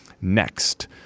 next